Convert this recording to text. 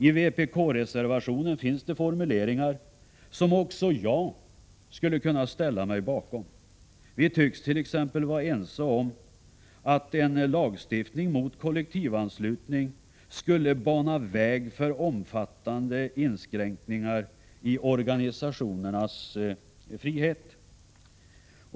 I vpk-reservationen finns formuleringar som också jag skulle kunna ställa mig bakom. Vi tycks t.ex. vara ense om att en lagstiftning mot kollektivanslutning skulle bana väg för omfattande inskränkningar i organisationernas frihet.